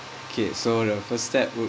K so the first step would